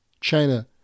China